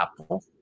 apple